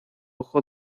ojo